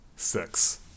Six